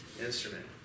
instrument